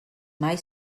mai